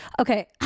Okay